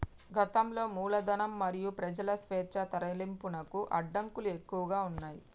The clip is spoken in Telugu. గతంలో మూలధనం మరియు ప్రజల స్వేచ్ఛా తరలింపునకు అడ్డంకులు ఎక్కువగా ఉన్నయ్